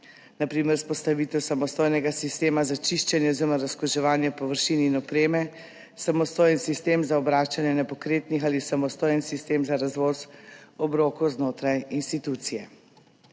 na primer vzpostavitev samostojnega sistema za čiščenje oziroma razkuževanje površin in opreme, samostojen sistem za obračanje nepokretnih ali samostojen sistem za razvoz obrokov znotraj institucije.